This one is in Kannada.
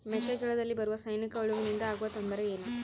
ಮೆಕ್ಕೆಜೋಳದಲ್ಲಿ ಬರುವ ಸೈನಿಕಹುಳುವಿನಿಂದ ಆಗುವ ತೊಂದರೆ ಏನು?